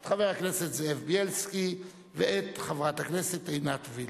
את חבר הכנסת זאב בילסקי ואת חברת הכנסת עינת וילף.